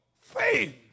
faith